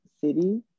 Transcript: city